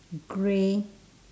grey